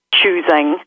choosing